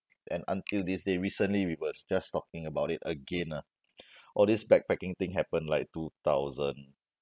and until this day recently we were just talking about it again ah all these backpacking thing happened like two thousand